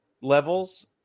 levels